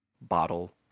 bottle